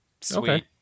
Sweet